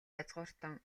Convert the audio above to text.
язгууртан